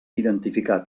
identificar